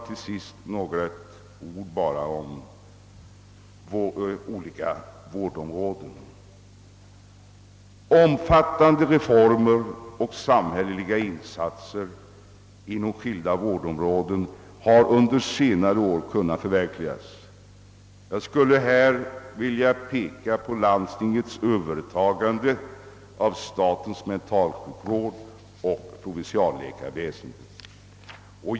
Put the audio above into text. Till sist bara några ord om olika vårdområden, herr talman. Under senare år har omfattande reformer och samhälleliga insatser kunnat förverkligas på skilda vårdområden. Jag skulle här vilja peka på landstingens övertagande av statens mentalsjukvård och provinsialläkarväsendet.